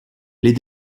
les